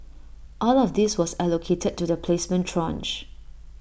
all of this was allocated to the placement tranche